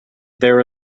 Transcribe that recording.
there